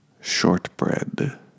Shortbread